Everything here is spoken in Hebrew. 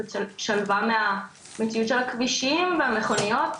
קצת שלווה מהמציאות של הכבישים והמכוניות,